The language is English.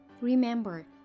Remember